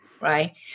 right